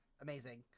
amazing